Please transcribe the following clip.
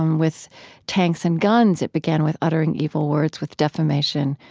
um with tanks and guns. it began with uttering evil words, with defamation,